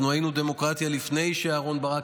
אנחנו היינו דמוקרטיה לפני שאהרן ברק